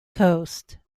coast